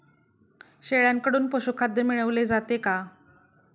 शेळ्यांकडून पशुखाद्य मिळवले जाते का?